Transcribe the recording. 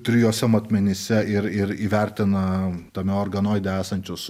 trijuose matmenyse ir ir įvertina tame organoide esančius